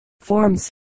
forms